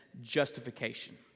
justification